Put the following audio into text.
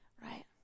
right